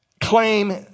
claim